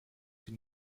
sie